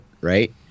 Right